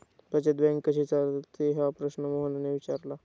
बचत बँक कशी चालते हा प्रश्न मोहनने विचारला?